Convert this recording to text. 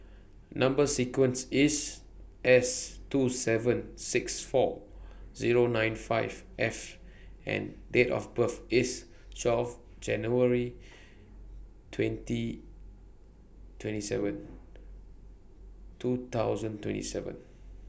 Number sequence IS S two seven six four Zero nine five F and Date of birth IS twelve January twenty twenty seven